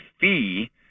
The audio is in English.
fee